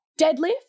deadlift